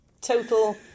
Total